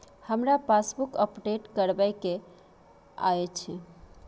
हमरा passbook update करैबे के अएछ?